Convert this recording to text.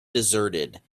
deserted